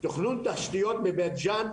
תכנון תשתיות מבית ג'ן,